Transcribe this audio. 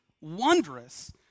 wondrous